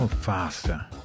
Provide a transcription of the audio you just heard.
faster